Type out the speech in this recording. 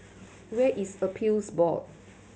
where is Appeals Board